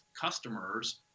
customers